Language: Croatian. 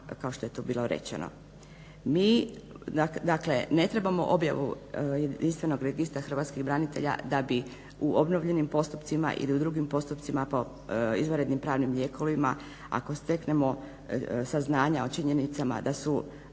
kao što je to bilo rečeno. Mi dakle ne trebamo objavu Jedinstvenog registra hrvatskih branitelja da bi u obnovljenim postupcima ili u drugim postupcima po izvanrednim pravnim lijekovima ako steknemo saznanja o činjenicama da su